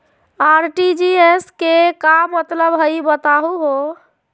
RTGS के का मतलब हई, बताहु हो?